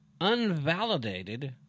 unvalidated